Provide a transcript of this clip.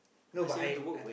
no but I